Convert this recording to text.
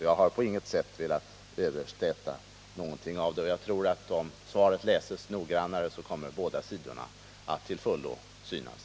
Jag har på inget sätt velat översläta någonting, och jag tror att, om svaret läses noggrannare, båda sidorna till fullo kommer att Synas.